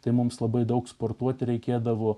tai mums labai daug sportuoti reikėdavo